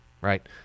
right